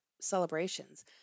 celebrations